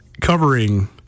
covering